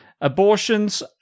abortions